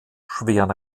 schweren